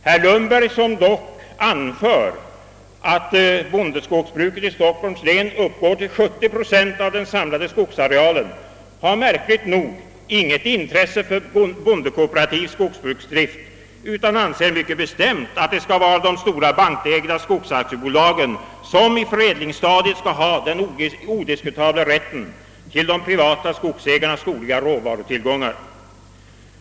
Herr Lundberg, som dock anför att bondeskogsbruket i Stockholms län uppgår till 70 procent av den samlade skogsarealen, har märkligt nog inget intresse för bondekooperativ skogsbruksdrift, utan anser mycket bestämt att det skall vara de stora, bankägda skogsaktiebolagen som i förädlingsstadiet skall ha den odiskutabla rätten till de privata skogsägarnas skogliga råvarutillgångar.